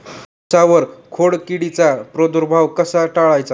उसावर खोडकिडीचा प्रादुर्भाव कसा टाळायचा?